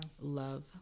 Love